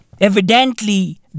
Evidently